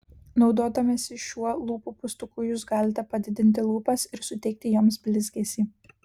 naudodamiesi šiuo lūpų pūstuku jūs galite padidinti lūpas ir suteikti joms blizgesį